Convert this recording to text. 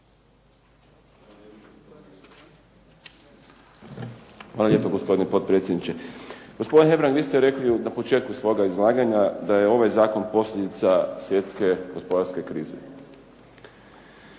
Hvala lijepo gospodine potpredsjedniče. Gospodine Hebrang vi ste rekli na početku svoga izlaganja da je ovaj zakon posljedica svjetske gospodarske krize.